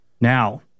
Now